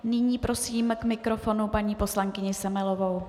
Nyní prosím k mikrofonu paní poslankyni Semelovou.